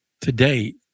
today